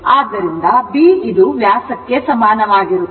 ಆದ್ದರಿಂದ b ವ್ಯಾಸಕ್ಕೆ ಸಮಾನವಾಗಿರುತ್ತದೆ